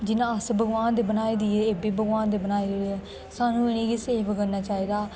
जियां अस भगवान दे बनाए दे ऐ बी भगवान दे बनाए दे न सानू इंहेगी सेफ करना चाहिदा